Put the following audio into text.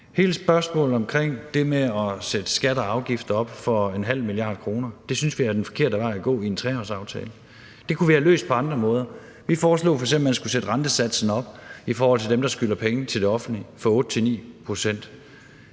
Hele spørgsmålet omkring det med at sætte skatter og afgifter op med 0,5 mia. kr. synes vi er den forkerte vej at gå i en 3-årsaftale. Det kunne vi have løst på andre måder. Vi foreslog f.eks., at man skulle sætte rentesatsen op i forhold til dem, der skylder penge til det offentlige, fra 8 til